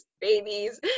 babies